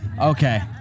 Okay